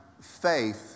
faith